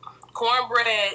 cornbread